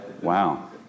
Wow